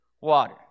water